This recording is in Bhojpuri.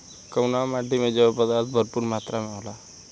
कउना माटी मे जैव पदार्थ भरपूर मात्रा में होला?